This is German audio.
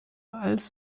als